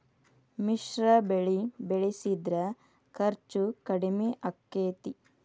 ಮಿಶ್ರ ಬೆಳಿ ಬೆಳಿಸಿದ್ರ ಖರ್ಚು ಕಡಮಿ ಆಕ್ಕೆತಿ?